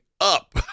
up